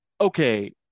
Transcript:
Okay